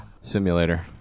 simulator